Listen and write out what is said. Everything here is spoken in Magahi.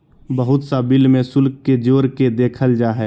बहुत सा बिल में शुल्क के जोड़ के देखल जा हइ